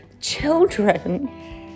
children